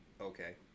okay